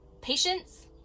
Patience